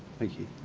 thank you.